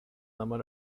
number